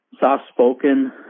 soft-spoken